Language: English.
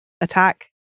attack